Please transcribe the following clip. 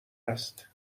است